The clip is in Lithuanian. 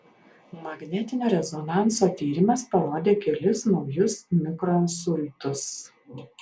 magnetinio rezonanso tyrimas parodė kelis naujus mikroinsultus